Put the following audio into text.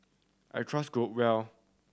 I trust Growell